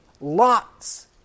lots